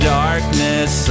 darkness